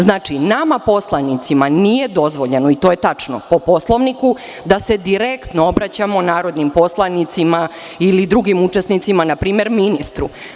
Znači, nama poslanicima nije dozvoljeno, i to je tačno, po Poslovniku da se direktno obraćamo narodnim poslanicima ili drugim učesnicima, na primer ministru.